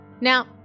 Now